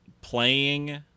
playing